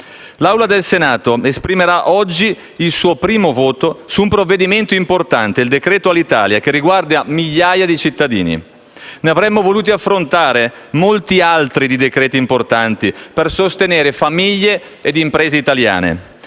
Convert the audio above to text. L'Assemblea del Senato esprimerà oggi il suo primo voto su un provvedimento importante, il "decreto Alitalia", che riguarda migliaia di cittadini: ne avremmo voluti affrontare molti altri di decreti importanti, per sostenere famiglie e imprese italiane